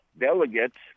delegates